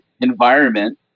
environment